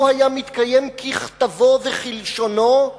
לו התקיים ככתבו וכלשונו,